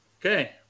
Okay